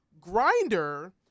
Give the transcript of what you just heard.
Grinder